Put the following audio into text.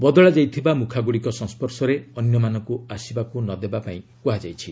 ବଦଳାଯାଇଥିବା ମୁଖାଗୁଡ଼ିକ ସଂସ୍ୱର୍ଶରେ ଅନ୍ୟମାନଙ୍କୁ ଆସିବାକୁ ନ ଦେବା ପାଇଁ କୁହାଯାଇଛି